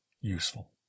useful